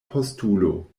postulo